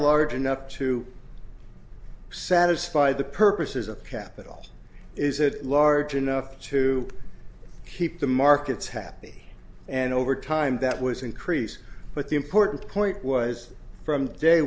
large enough to satisfy the purposes of capital is it large enough to keep the markets happy and over time that was increased but the important point was from day